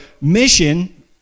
mission